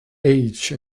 age